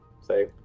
say